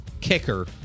kicker